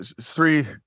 three